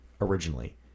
originally